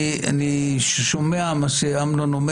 אני שומע מה שאומר אמנון,